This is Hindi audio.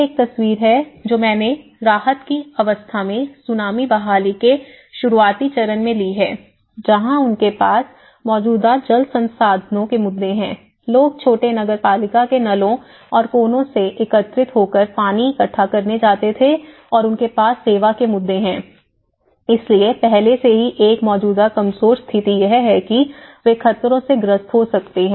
यह एक तस्वीर है जो मैंने राहत की अवस्था में सुनामी बहाली के शुरुआती चरण में ली है जहां उनके पास मौजूदा जल संसाधनों के मुद्दे है लोग छोटे नगरपालिका के नलों और कोनों से एकत्रित होकर पानी इकट्ठा करने जाते थे और उनके पास सेवा के मुद्दे हैं इसलिए पहले से ही एक मौजूदा कमजोर स्थिति यह है कि वे खतरों से ग्रस्त हो सकते हैं